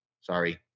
sorry